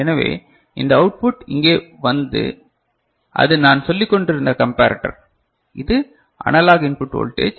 எனவே இந்த அவுட்புட் இங்கே வந்து அது நான் சொல்லிக்கொண்டிருந்த கம்பரட்டர் இது அனலாக் இன்புட் வோல்டேஜ்